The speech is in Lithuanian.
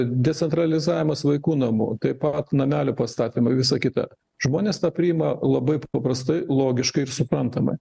decentralizavimas vaikų namų taip pat namelio pastatymai visa kita žmonės tą priima labai paprastai logiškai ir suprantamai